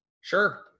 Sure